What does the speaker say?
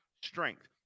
strength